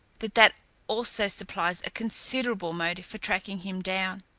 that that also supplies a considerable motive for tracking him down.